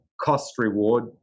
cost-reward